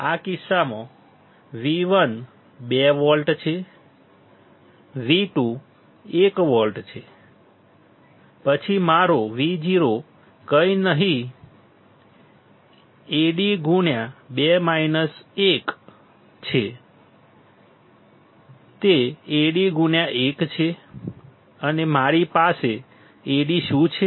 આ કિસ્સામાં V1 2 volt છે V2 1 વોલ્ટ છે પછી મારો V0 કંઈ નહીં Ad તે Ad1 છે અને મારી Ad શું છે